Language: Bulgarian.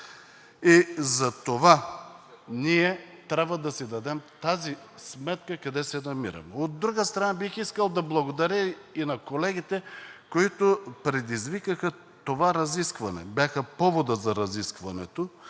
и затова ние трябва да си дадем тази сметка – къде се намираме. От друга страна, бих искал да благодаря и на колегите, които предизвикаха това разискване, които бяха поводът за разискването